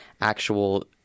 actual